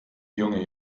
junge